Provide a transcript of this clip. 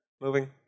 moving